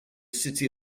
city